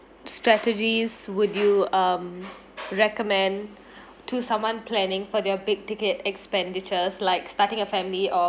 strategies would you um recommend to someone planning for their big ticket expenditures like starting a family or